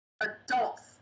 adults